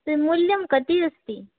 तत् मूल्यं कति अस्ति